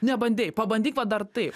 nebandei pabandyk va dar taip